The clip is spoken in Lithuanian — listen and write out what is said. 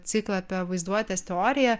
ciklą apie vaizduotės teoriją